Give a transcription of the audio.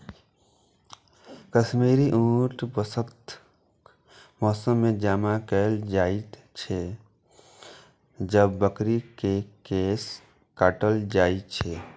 कश्मीरी ऊन वसंतक मौसम मे जमा कैल जाइ छै, जब बकरी के केश काटल जाइ छै